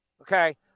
Okay